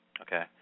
Okay